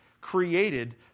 created